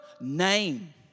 name